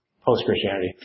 post-Christianity